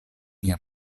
mia